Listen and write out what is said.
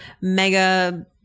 Mega